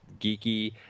geeky